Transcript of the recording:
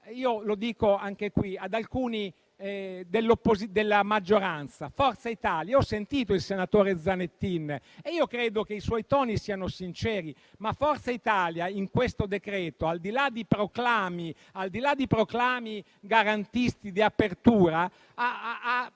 Lo dico anche ad alcuni esponenti della maggioranza, a Forza Italia. Ho ascoltato il senatore Zanettin e credo che i suoi toni siano sinceri; ma Forza Italia in questo decreto-legge, al di là dei proclami garantisti di apertura, ha